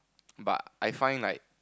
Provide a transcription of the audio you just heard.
but I find like